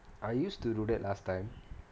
I used to do that last time